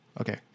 okay